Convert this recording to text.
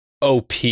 op